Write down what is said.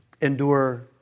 endure